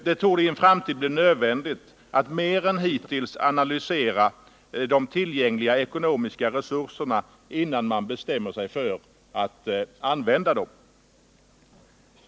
Det torde i en framtid bli nödvändigt att mer än hittills analysera de tillgängliga ekonomiska resurserna innan man bestämmer sig för att ta dem i anspråk.